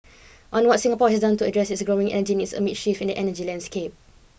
on what Singapore has done to address its growing energy needs amid shifts in the energy landscape